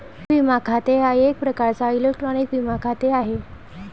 E विमा खाते हा एक प्रकारचा इलेक्ट्रॉनिक विमा खाते आहे